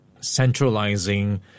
centralizing